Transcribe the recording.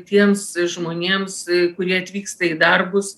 tiems žmonėms kurie atvyksta į darbus